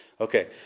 Okay